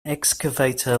excavator